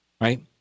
right